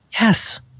yes